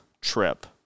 trip